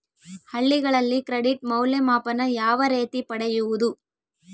ಹಳ್ಳಿಗಳಲ್ಲಿ ಕ್ರೆಡಿಟ್ ಮೌಲ್ಯಮಾಪನ ಯಾವ ರೇತಿ ಪಡೆಯುವುದು?